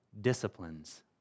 disciplines